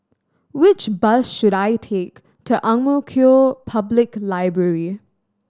which bus should I take to Ang Mo Kio Public Library